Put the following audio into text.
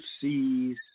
sees